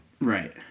Right